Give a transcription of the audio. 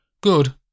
Good